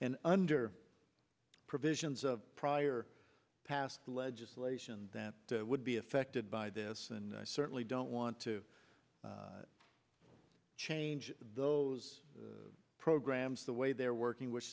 and under provisions of prior past legislation that would be affected by this and i certainly don't want to change those programs the way they're working which